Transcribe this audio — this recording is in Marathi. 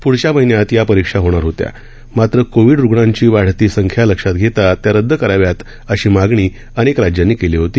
प्ढच्या महिन्यात या परीक्षा होणार होत्या मात्र कोविड रुग्णांची वाढती संख्या लक्षात घेता त्या रद्द कराव्या अशी मागणी अनेक राज्यांनी केली होती